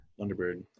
thunderbird